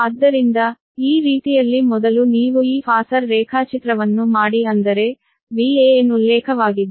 ಆದ್ದರಿಂದ ಈ ರೀತಿಯಲ್ಲಿ ಮೊದಲು ನೀವು ಈ ಫಾಸರ್ ರೇಖಾಚಿತ್ರವನ್ನು ಮಾಡಿ ಅಂದರೆ Van ಉಲ್ಲೇಖವಾಗಿದ್ದರೆ